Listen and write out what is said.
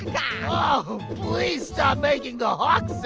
ah stop making the hawk